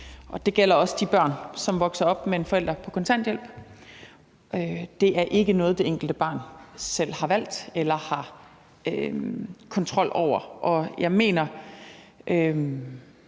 og det gælder også de børn, som vokser op med en forælder på kontanthjælp. Det er ikke noget, det enkelte barn selv har valgt eller har kontrol over, og jeg mener